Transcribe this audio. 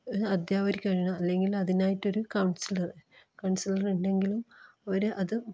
ഒരു അദ്ധ്യാപകർക്ക് വേണ്ടീട്ട് അല്ലങ്കിൽ അതിനായിട്ടൊരു കൗൺസിലർ കൗൺസിലർ ഉണ്ടെങ്കിലും ഒരു അത്